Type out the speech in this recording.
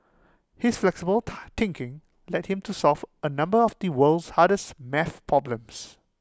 his flexible tie thinking led him to solve A number of the world's hardest math problems